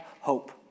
hope